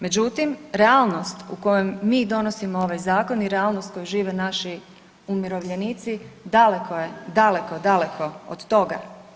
Međutim, realnost u kojoj mi donosimo ovaj zakon i realnost koju žive naši umirovljenici daleko je, daleko, daleko od toga.